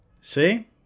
See